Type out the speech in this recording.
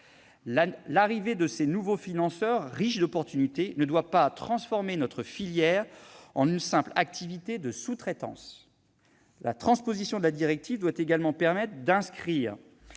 L'arrivée de ces nouveaux financeurs, riche en potentialités, ne doit pas transformer notre filière en une simple activité de sous-traitance. La transposition de la directive doit également permettre d'inscrire